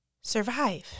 survive